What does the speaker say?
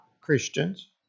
Christians